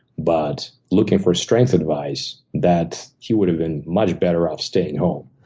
but looking for strength advice, that he would have been much better off staying home.